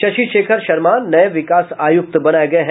शशि शेखर शर्मा नये विकास आयुक्त बनाये गये हैं